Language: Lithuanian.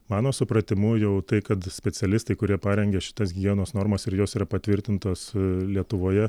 mano supratimu jau tai kad specialistai kurie parengė šitas higienos normas ir jos yra patvirtintos lietuvoje